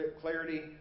clarity